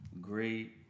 great